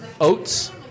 oats